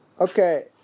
okay